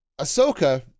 Ahsoka